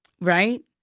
right